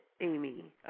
Amy